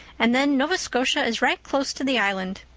and then nova scotia is right close to the island.